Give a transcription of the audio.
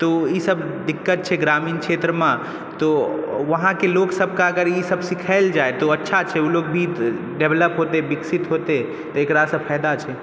तऽ ओ ई सब दिक्कत छै ग्रामीण क्षेत्रमे तो वहाँके लोक सबके अगर ई सब सिखाएल जाए तऽ ओ अच्छा छै ओ लोग भी डेवलप होतै विकसित होतै तऽ एकरा सँ फायदा छै